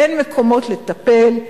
אין מקומות לטפל,